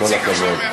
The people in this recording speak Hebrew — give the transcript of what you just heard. כל הכבוד.